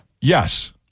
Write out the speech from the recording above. Yes